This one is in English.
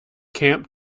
camp